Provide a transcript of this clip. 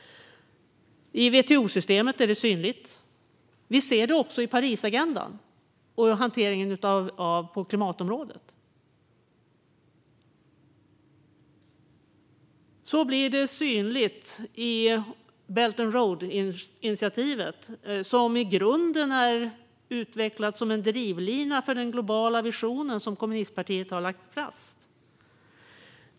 I WTO-systemet är det synligt. Vi ser det också i Parisagendan och hanteringen på klimatområdet. Det blir synligt i Belt and Road-initiativet, som i grunden är utvecklat som en drivlina för den globala vision som kommunistpartiet har lagt fast.